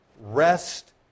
rest